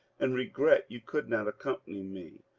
and regret you could not accompany me.